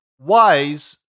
Wise